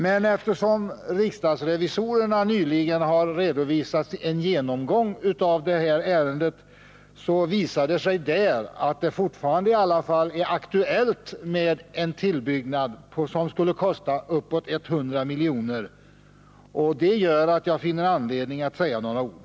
Men eftersom riksdagsrevisorerna nyligen har redovisat en genomgång av det här ärendet och det därvid har visat sig att det i alla fall är aktuellt med en tillbyggnad, som skulle kosta uppemot 100 milj.kr., finner jag ändå anledning att säga några ord.